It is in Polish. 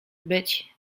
być